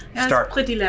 start